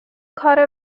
کار